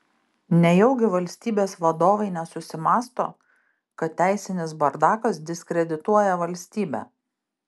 nejaugi valstybės vadovai nesusimąsto kad teisinis bardakas diskredituoja valstybę